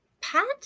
Pat